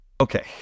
Okay